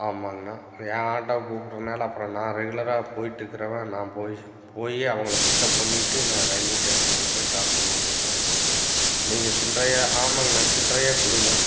ஆமாங்கண்ணா என் ஆட்டோவை கூப்பிடறதுனால அப்புறம் நான் ரெகுலராக போயிட்டு இருக்கிறவேன் நான் போய் போய் அவங்களை பிக்கப் பண்ணிட்டு நான் ரயில்வே ஸ்டேஷனுக்கு கொண்டுபோய் டிராப் பண்ணணுங்கண்ணா நீங்கள் சில்லறையாக ஆமாங்கண்ணா சில்லறையாக கொடுங்க